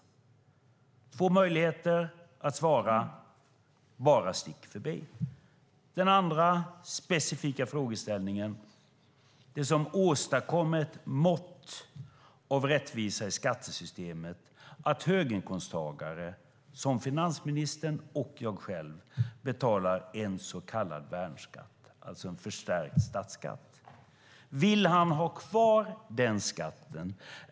Det finns två möjligheter att svara, men bara stick förbi. Den andra specifika frågeställningen gäller det som åstadkommer ett mått av rättvisa i skattesystemet, att höginkomsttagare som finansministern och jag själv betalar en så kallad värnskatt, alltså en förstärkt statsskatt. Vill han ha kvar den skatten?